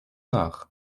nach